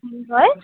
ওম হয়